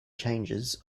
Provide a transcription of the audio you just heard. changes